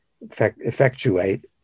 effectuate